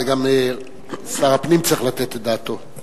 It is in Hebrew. גם שר הפנים צריך לתת את דעתו.